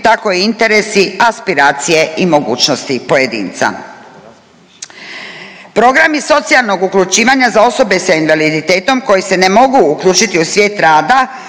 tako i interesi, aspiracije i mogućnosti pojedinca. Programi socijalnog uključivanja za osobe sa invaliditetom koji se ne mogu uključiti u svijet rada